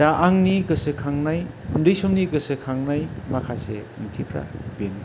दा आंनि गोसोखांनाय उन्दै समनि गोसोखांनाय माखासे ओंथिफ्रा बेनो